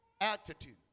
attitude